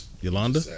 Yolanda